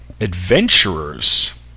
Adventurers